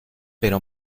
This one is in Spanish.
pero